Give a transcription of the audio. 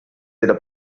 della